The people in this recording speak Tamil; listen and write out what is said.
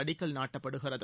அடக்கல் நாட்டப்படுகிறது